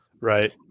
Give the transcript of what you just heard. Right